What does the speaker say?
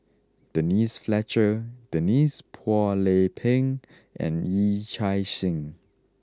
Denise Fletcher Denise Phua Lay Peng and Yee Chia Hsing